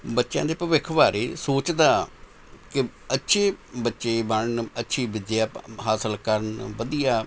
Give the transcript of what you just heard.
ਬੱਚਿਆਂ ਦੇ ਭਵਿੱਖ ਬਾਰੇ ਸੋਚਦਾਂ ਕਿ ਅੱਛੇ ਬੱਚੇ ਬਣਨ ਅੱਛੀ ਵਿੱਦਿਆ ਹਾਸਿਲ ਕਰਨ ਵਧੀਆ